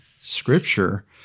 scripture